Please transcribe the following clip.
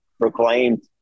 proclaimed